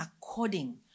according